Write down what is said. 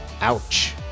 Ouch